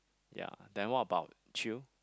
ya then what about you